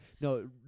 no